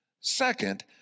Second